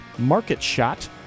MarketShot